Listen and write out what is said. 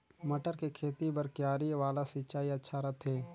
मटर के खेती बर क्यारी वाला सिंचाई अच्छा रथे?